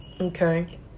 Okay